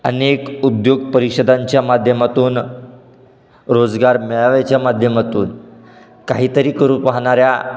अनेक उद्योग परिषदांच्या माध्यमातून रोजगार मेळाव्याच्या माध्यमातून काहीतरी करू पाहणाऱ्या